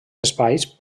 espais